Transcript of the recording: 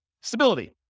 Stability